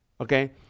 Okay